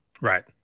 right